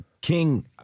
King